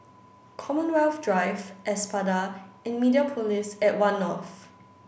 Commonwealth Drive Espada and Mediapolis at One North